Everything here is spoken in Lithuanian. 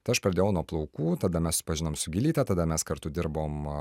tai aš pradėjau nuo plaukų tada mes susipažinom su gylyte tada mes kartu dirbom